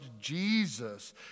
Jesus